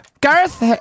Gareth